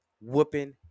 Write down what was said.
whooping